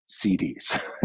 cds